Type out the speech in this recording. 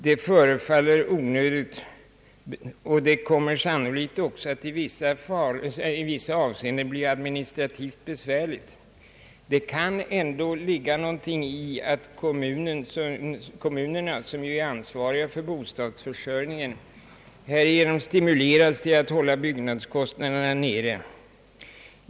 Det förefaller onödigt, och det kommer sannolikt också att i vissa avseenden bli administrativt besvärligt. Det kan ändå ligga någonting i att kommunerna, som ju är ansvariga för bostadsförsörjningen, härigenom stimuleras till att hålla bostadskostnaderna nere.